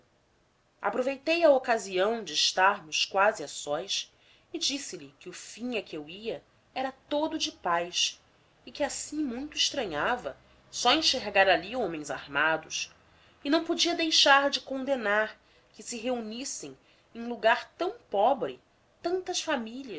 aproveitei a ocasião de estarmos quase a sós e disse-lhe que o fim a que eu ia era todo de paz e que assim muito estranhava só enxergar ali homens armados e não podia deixar de condenar que se reunissem em lugar tão pobre tantas famílias